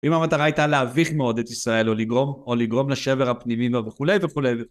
אם המטרה הייתה להביך מאוד את ישראל או לגרום לשבר הפנימי וכו', וכו'.